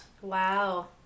Wow